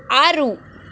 ಆರು